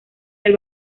del